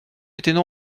étaient